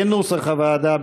כנוסח הוועדה,